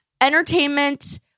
Entertainment